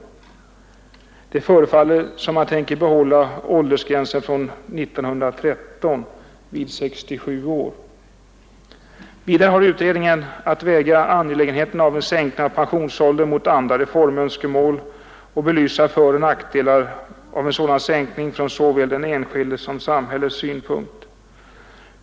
Det förefaller som om man tänker behålla åldersgränsen från 1913, dvs. vid 67 år. Vidare har utredningen att väga angelägenheten av en sänkning av pensionsåldern mot andra reformönskemål och belysa föroch nackdelar av en sådan sänkning från såväl den enskildes som samhällets synpunkt.